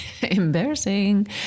Embarrassing